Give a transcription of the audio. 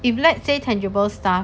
if let's say tangible stuff